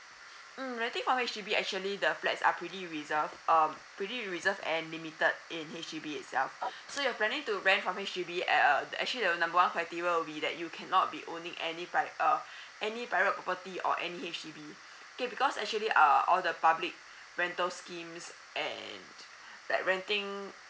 mm renting from H_D_B actually the flats are pretty reserved uh pretty reserved and limited in H_D_B itself so you're planning to rent from H_D_B at uh actually the number one criteria will be that you cannot be owning any pri~ uh any private property or any H_D_B okay because actually err all the public rental schemes and that renting